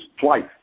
twice